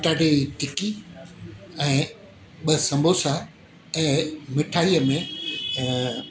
पटाटे जी टिक्की ऐं ॿ समोसा ऐं मिठाईअ में ऐं